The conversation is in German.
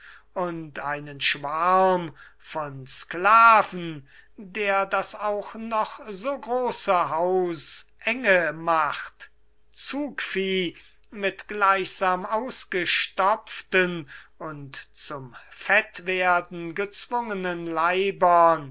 und einen schwarm von sklaven der das auch noch so große haus enge macht zugvieh mit ausgestopften und zum fettwerden gezwungenen leibern